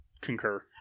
concur